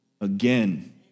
again